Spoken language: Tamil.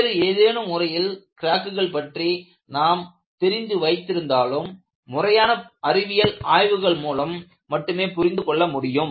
வேறு ஏதேனும் முறையில் கிராக்குகள் பற்றி நாம் தெரிந்து வைத்திருந்தாலும் முறையான அறிவியல் ஆய்வுகள் மூலம் மட்டுமே புரிந்து கொள்ள முடியும்